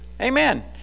Amen